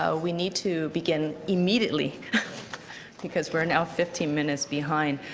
ah we need to begin immediately because we're now fifteen minutes behind.